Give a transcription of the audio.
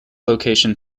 location